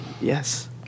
Yes